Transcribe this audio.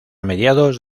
mediados